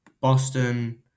Boston